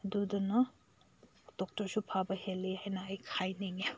ꯑꯗꯨꯗꯨꯅ ꯗꯣꯛꯇꯔꯁꯨ ꯐꯕ ꯍꯦꯜꯂꯤ ꯍꯥꯏꯅ ꯑꯩ ꯍꯥꯏꯅꯤꯡꯉꯤ